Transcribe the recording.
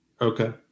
Okay